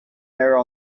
there